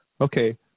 okay